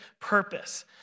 purpose